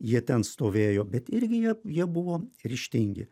jie ten stovėjo bet irgi jie jie buvo ryžtingi